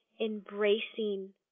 embracing